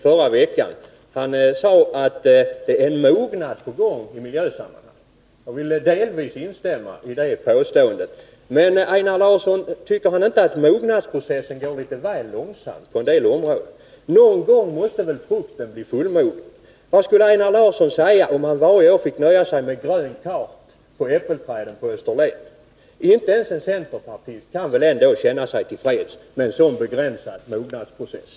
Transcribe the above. Han sade att en mognad pågår i miljösammanhang. Jag vill delvis instämma i det påståendet. Men tycker inte Einar Larsson att mognadsprocessen går litet väl långsamt på en del områden? Någon gång måste väl frukten bli fullmogen? Vad skulle Einar Larsson säga om han varje år fick nöja sig med gröna kart på äppelträden på Österlen? Inte ens en centerpartist kan väl känna sig till freds med en så begränsad mognadsprocess?